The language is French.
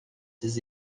ses